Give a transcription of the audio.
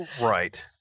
Right